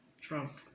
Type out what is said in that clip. Trump